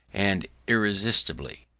and irresistibly.